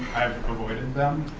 avoided them,